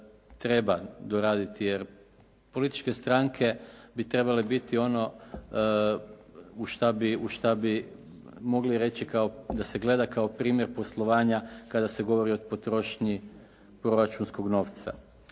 treba doraditi, jer političke stranke bi trebale biti ono u šta bi mogli reći da se gleda kao primjer poslovanja kada se govori o potrošnji proračunskog novca.